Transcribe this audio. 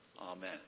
Amen